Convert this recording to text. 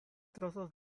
trozos